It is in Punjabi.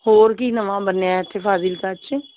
ਹੋਰ ਕੀ ਨਵਾਂ ਬਣਿਆ ਇੱਥੇ ਫਾਜ਼ਿਲਕਾ 'ਚ